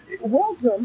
Welcome